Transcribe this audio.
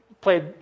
played